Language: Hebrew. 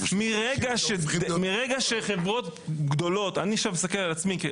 מרגע שחברות גדולות, אני עכשיו מסתכל על עצמי.